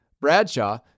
Bradshaw